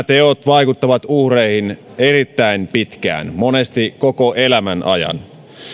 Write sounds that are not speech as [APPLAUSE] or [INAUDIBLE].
[UNINTELLIGIBLE] teot vaikuttavat uhreihin erittäin pitkään monesti koko elämän ajan